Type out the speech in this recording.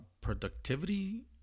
productivity